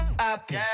Happy